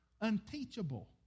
unteachable